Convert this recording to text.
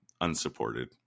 unsupported